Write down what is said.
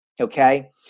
okay